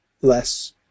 less